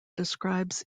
describes